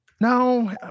No